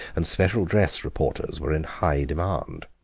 and special dress reporters were in high demand.